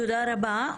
תודה רבה.